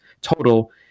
total